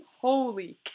Holy